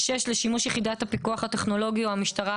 (6)לשימוש יחידת הפיקוח הטכנולוגי או המשטרה,